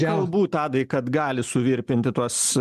galbūt tadai kad gali suvirpinti tuos